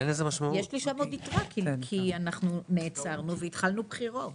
אחד הצעת תקציב ועדת הבחירות המרכזית לכנסת לבחירות